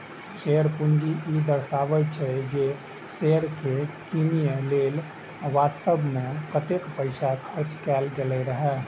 share पूंजी ई दर्शाबै छै, जे शेयर कें कीनय लेल वास्तव मे कतेक पैसा खर्च कैल गेल रहै